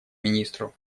министру